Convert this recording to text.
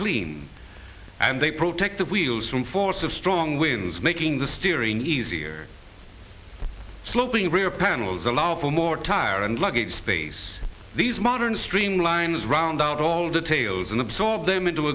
clean and they protect the wheels from force of strong winds making the steering easier sloping rear panels allow for more tire and luggage space these modern streamlines round out all details and absorb them into